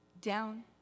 down